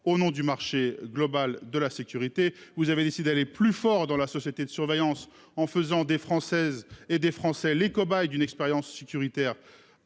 au nom du marché global de la sécurité, vous avez décidé les plus fort dans la société de surveillance en faisant des Françaises et des Français les cobayes d'une expérience sécuritaire